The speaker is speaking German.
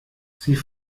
sie